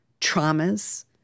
traumas